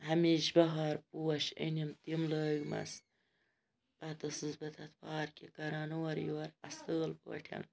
ہمیشہِ بہار پوش أنِم تِم لٲگۍمَس پَتہٕ ٲسٕس بہٕ تَتھ پارکہِ کَران اورٕ یورٕ اَصٕل پٲٹھۍ